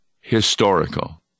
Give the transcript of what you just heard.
historical